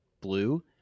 blue